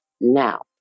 Now